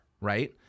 Right